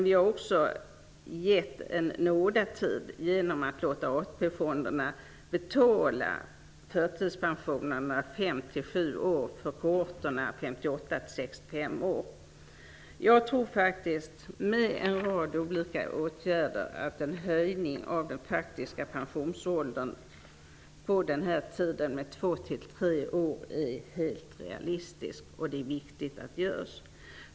Vi har också givit en nådatid genom att låta AP-fonderna betala förtidspensionerna under 5--7 år för åldersgruppen Jag tror att en höjning av den faktiska pensionsåldern med 2--3 år under denna tid -- genom en rad olika åtgärder -- är helt realistisk. Det är viktigt att den genomförs.